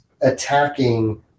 attacking